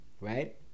right